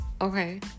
Okay